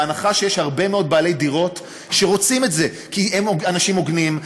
בהנחה שיש הרבה מאוד בעלי דירות שרוצים את זה כי הם אנשים הוגנים,